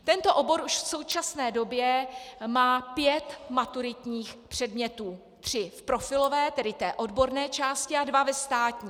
Tento obor už v současné době má pět maturitních předmětů tři profilové, tedy té odborné části, a dva ve státní.